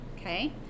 Okay